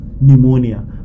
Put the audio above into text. pneumonia